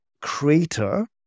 creator